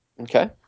Okay